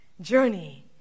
journey